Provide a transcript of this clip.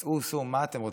סעו, סעו, מה אתם רוצים?